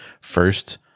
First